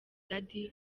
daddy